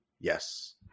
Yes